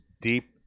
deep